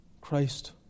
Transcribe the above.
Christ